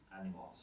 animals